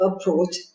approach